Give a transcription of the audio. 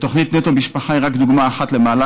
תוכנית נטו משפחה היא רק דוגמה אחת למהלך